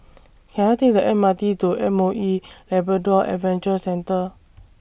Can I Take The M R T to M O E Labrador Adventure Centre